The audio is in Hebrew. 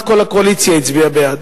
וכמעט כל הקואליציה הצביעה בעד,